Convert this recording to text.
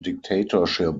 dictatorship